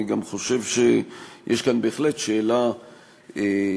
אני גם חושב שיש כאן בהחלט שאלה כבדה,